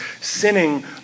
sinning